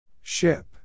Ship